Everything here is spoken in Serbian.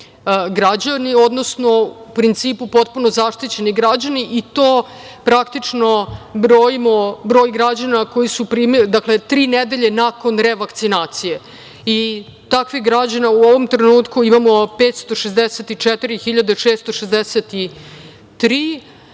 građani, odnosno u principu potpuno zaštićeni građani i to praktično brojimo broj građana koji su primili, dakle, tri nedelje nakon revakcinacije i takvih građana u ovom trenutku imamo 564.663, dakle,